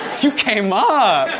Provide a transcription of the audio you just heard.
you came up.